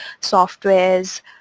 softwares